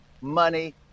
money